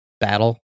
battle